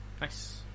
Nice